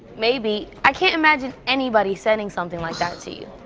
maybe. i can't imagine anybody sending something like that to you.